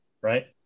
right